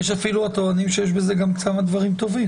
יש אפילו הטוענים שיש בזה כמה דברים טובים.